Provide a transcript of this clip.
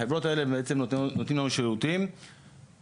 החברות האלה בעצם נותנים לנו שירותים וגם